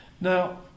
Now